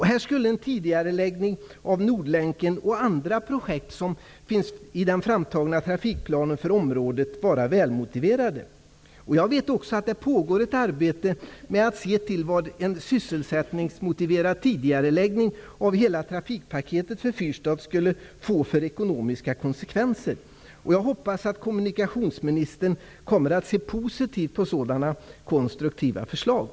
Här skulle en tidigareläggning av Nordlänken och andra projekt som finns med i den för området framtagna trafikplanen vara välmotiverade. Jag vet också att det pågår ett arbete med att se vad en sysselsättningsmotiverad tidigareläggning av hela trafikpaketet för Fyrstadsområdet skulle få för ekonomiska konsekvenser. Jag hoppas att kommunikationsministern ser positivt på sådana konstruktiva förslag.